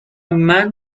man